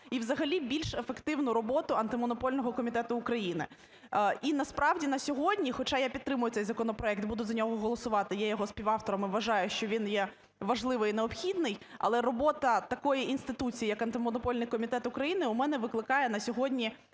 і взагалі більш ефективну роботу Антимонопольного комітету України. І, насправді, на сьогодні, хоча я підтримую цей законопроект і буду за нього голосувати, є його співавтором і вважаю, що він є важливий і необхідний, але робота такої інституції, як Антимонопольний комітет України, у мене викликає на сьогодні